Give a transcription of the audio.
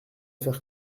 faire